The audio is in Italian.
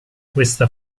questa